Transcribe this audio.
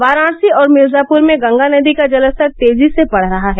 वाराणसी और मिर्जापूर में गंगा नदी का जलस्तर तेजी से बढ़ रहा है